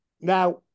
Now